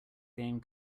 game